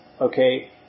okay